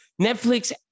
Netflix